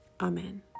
Amen